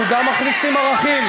אנחנו גם מכניסים ערכים,